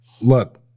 Look